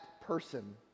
person